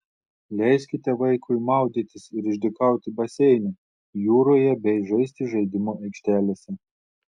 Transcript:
leiskite vaikui maudytis ir išdykauti baseine jūroje bei žaisti žaidimų aikštelėse